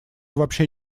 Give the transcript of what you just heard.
вообще